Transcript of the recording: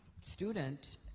student